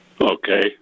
Okay